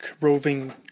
roving